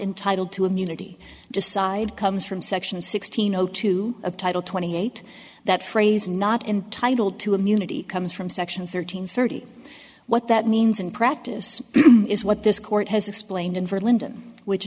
entitled to immunity decide comes from section sixteen zero two of title twenty eight that phrase not entitled to immunity comes from section thirteen thirty what that means in practice is what this court has explained and for linda which